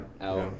out